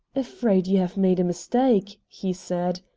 afraid you have made a mistake, he said.